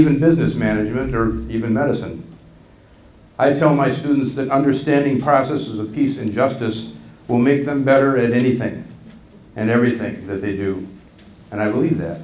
even business management or even medicine i tell my students that understanding processes of peace and justice will make them better at anything and everything that they do and i believe that